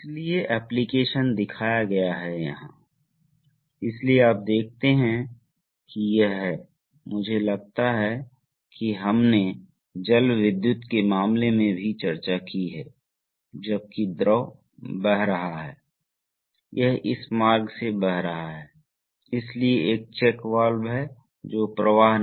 इसलिए ऑपरेशन इसलिए अब इस वाल्व का संचालन पायलट दबाव द्वारा सीमित नहीं है क्योंकि पायलट प्लग किए गए पोर्ट से जुड़ा हुआ है इसलिए पायलट वाल्व को वेंट नहीं करता है